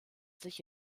sich